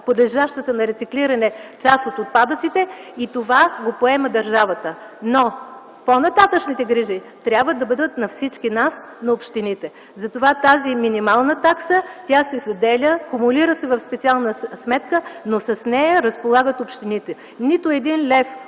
подлежащата на рециклиране част от отпадъците и това го поема държавата, но по-нататъшните грижи трябва да бъдат на всички нас, на общините. Затова тази минимална такса се заделя, кумулира се в специална сметка, но с нея разполагат общините. Нито един лев